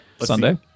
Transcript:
Sunday